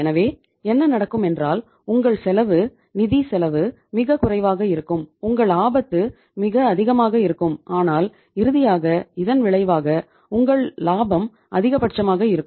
எனவே என்ன நடக்கும் என்றால் உங்கள் செலவு நிதிச் செலவு மிகக் குறைவாக இருக்கும் உங்கள் ஆபத்து மிக அதிகமாக இருக்கும் ஆனால் இறுதியாக இதன் விளைவாக உங்கள் லாபம் அதிகபட்சமாக இருக்கும்